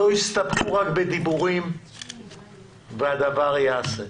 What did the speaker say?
לא יסתפקו רק בדיבורים והדבר ייעשה.